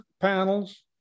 panels